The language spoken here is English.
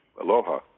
Aloha